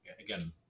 Again